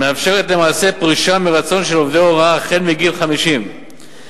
מאפשרת למעשה פרישה מרצון של עובדי הוראה החל מגיל 50 ללא